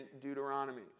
Deuteronomy